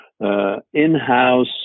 in-house